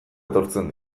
etortzen